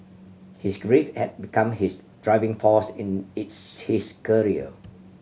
his grief had become his driving force in his career